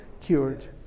cured